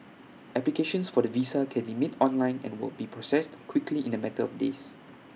applications for the visa can be made online and will be processed quickly in A matter of days